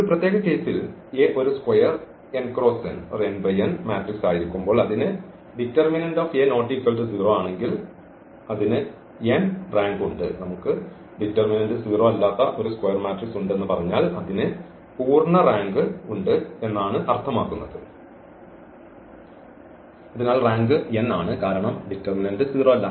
ഒരു പ്രത്യേക കേസിൽ A ഒരു square n cross n matrix ആയിരിക്കുമ്പോൾ അതിന് ആണെങ്കിൽ അതിന് n റാങ്ക് ഉണ്ട് നമുക്ക് ഡിറ്റർമിനന്റ് 0 അല്ലാത്ത ഒരു സ്ക്വയർ മാട്രിക്സ് ഉണ്ടെന്നു പറഞ്ഞാൽ അതിന് പൂർണ്ണ റാങ്ക് ഉണ്ട് എന്നാണ് അർത്ഥമാക്കുന്നത് അതിനാൽ റാങ്ക് n ആണ് കാരണം ഡിറ്റർമിനന്റ് 0 അല്ല